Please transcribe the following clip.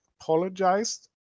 apologized